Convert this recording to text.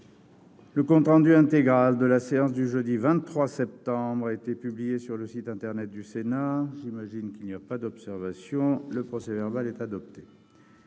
Le compte rendu intégral de la séance du jeudi 23 septembre 2021 a été publié sur le site internet du Sénat. Il n'y a pas d'observation ?... Le procès-verbal est adopté.